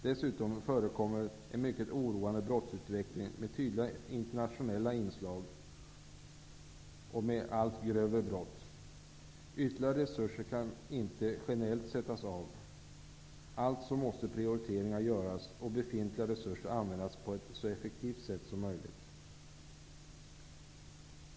Dessutom förekommer en mycket oroande brottsutveckling med tydliga internationella inslag och med allt grövre brott. Ytterligare resurser kan inte generellt sättas av. Alltså måste prioriteringar göras och befintliga resurser användas på ett så effektivt sätt som möjligt.